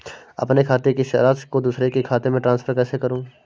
अपने खाते की राशि को दूसरे के खाते में ट्रांसफर कैसे करूँ?